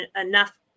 enough